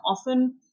often